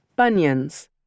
bunions